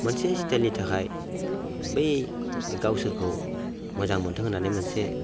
मोनसे स्टाइलनि थाखाय बै गावसोरखौ मोजां मोन्थों होननानै मोनसे